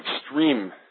extreme